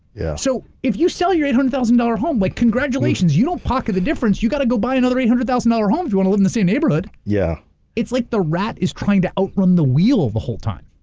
yeah so, if you sell your eight hundred thousand dollars home, like congratulations, you don't pocket the difference, you got to go buy another eight hundred thousand dollars home if you want to and live in the same neighborhood. yeah it's like the rat is trying to outrun the wheel the whole time.